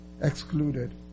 excluded